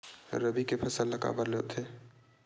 रबी के फसल ला काबर बोथे?